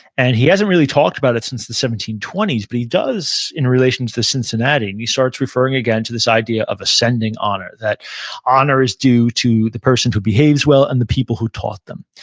and he hasn't really talked about it since the seventeen twenty s, but he does in relation to the cincinnati, and he starts referring, again, to this idea of ascending honor, that honor is due to the person who behaves well, and the people who taught them.